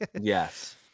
yes